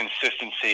consistency